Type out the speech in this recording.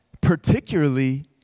particularly